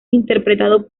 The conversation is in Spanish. interpretado